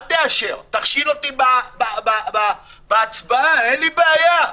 אל תאשר, תכשיל אותי בהצבעה, אין לי בעיה.